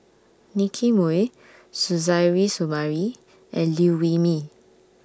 Nicky Moey Suzairhe Sumari and Liew Wee Mee